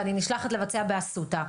ואני נשלחת לבצע באסותא,